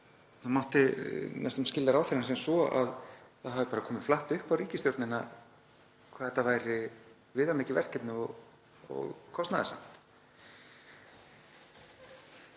það mátti næstum skilja ráðherra sem svo að það hafi komið flatt upp á ríkisstjórnina hvað þetta væri viðamikið verkefni og kostnaðarsamt.